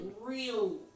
real